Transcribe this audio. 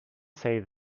say